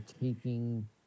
taking